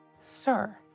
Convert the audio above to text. Sir